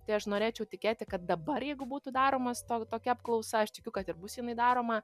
tai aš norėčiau tikėti kad dabar jeigu būtų daromas to tokia apklausa aš tikiu kad ir bus jinai daroma